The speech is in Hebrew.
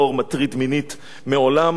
מעולם לא נחקר.